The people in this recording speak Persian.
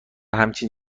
همچین